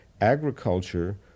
agriculture